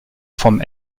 vom